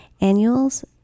Annuals